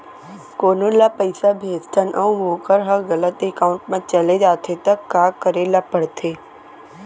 कोनो ला पइसा भेजथन अऊ वोकर ह गलत एकाउंट में चले जथे त का करे ला पड़थे?